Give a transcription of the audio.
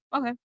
Okay